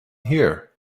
here